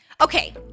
Okay